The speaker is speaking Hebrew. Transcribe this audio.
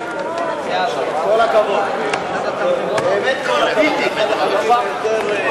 לבין הפלסטינים, להיות זה שמפריד בין